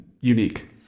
unique